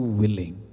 willing